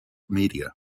media